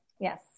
Yes